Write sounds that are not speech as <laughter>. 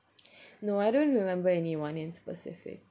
<breath> no I don't remember anyone in specific